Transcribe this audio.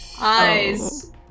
eyes